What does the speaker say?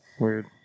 Weird